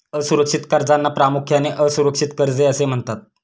असुरक्षित कर्जांना प्रामुख्याने असुरक्षित कर्जे असे म्हणतात